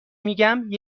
میگم